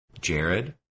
Jared